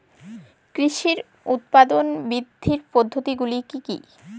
কৃষির উৎপাদন বৃদ্ধির পদ্ধতিগুলি কী কী?